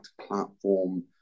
platform